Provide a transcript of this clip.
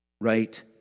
Right